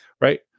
right